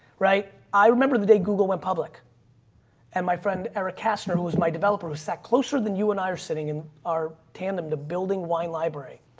right. i remember the day google went public and my friend eric kassner who was my developer who sat closer than you and i are sitting in our tandem to building wine library.